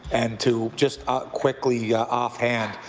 and to just quickly off-hand,